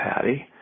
Patty